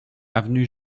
avenue